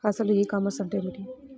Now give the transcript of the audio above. అసలు ఈ కామర్స్ అంటే ఏమిటి?